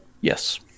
Yes